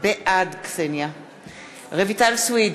בעד רויטל סויד,